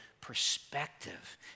perspective